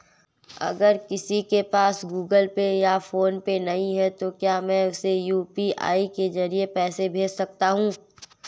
अगर किसी के पास गूगल पे या फोनपे नहीं है तो क्या मैं उसे यू.पी.आई के ज़रिए पैसे भेज सकता हूं?